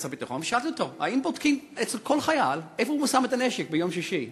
ושאלתי אותו: האם בודקים אצל כל חייל איפה הוא שם את הנשק ביום שישי?